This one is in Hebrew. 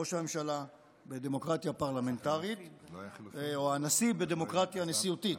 ראש הממשלה בדמוקרטיה פרלמנטרית או הנשיא בדמוקרטיה נשיאותית.